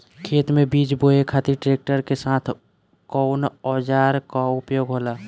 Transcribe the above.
खेत में बीज बोए खातिर ट्रैक्टर के साथ कउना औजार क उपयोग होला?